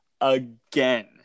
again